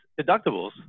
deductibles